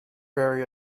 very